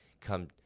come